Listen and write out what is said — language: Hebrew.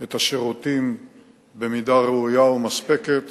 את השירותים במידה ראויה ומספקת